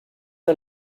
der